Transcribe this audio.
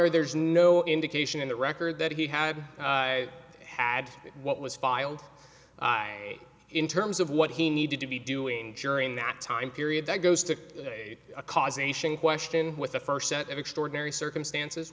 honor there's no indication in the record that he had had what was filed in terms of what he needed to be doing during that time period that goes to a causation question with the first set of extraordinary circumstances